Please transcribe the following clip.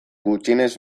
gutxienez